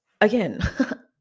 again